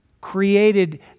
created